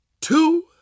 two